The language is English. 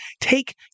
take